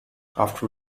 after